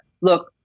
Look